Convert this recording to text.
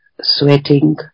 sweating